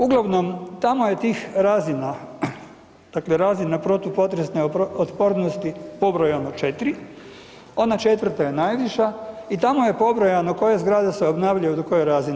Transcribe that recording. Uglavnom, tamo je tih razina, dakle razina protupotresne otpornosti pobrojano 4, ona 4-ta je najviša i tamo je pobrojano koje zgrade se obnavljaju do koje razine.